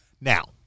Now